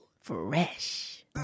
Fresh